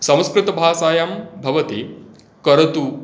संस्कृतभासायं भवति करोतु